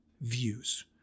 views